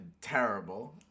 Terrible